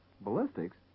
Ballistics